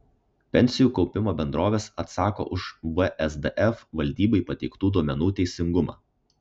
pensijų kaupimo bendrovės atsako už vsdf valdybai pateiktų duomenų teisingumą